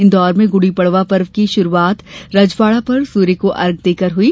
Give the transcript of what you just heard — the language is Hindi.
इंदौर में गुड़ी पडवा पर्व की शुरूआत राजवाडा पर सूर्य को अर्ध्य देकर हुई